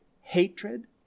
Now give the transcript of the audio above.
hatred